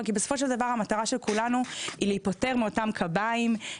בסופו של דבר המטרה של כולנו היא להיפטר מאותן קביים,